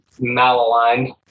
malaligned